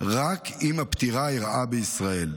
רק אם הפטירה אירעה בישראל.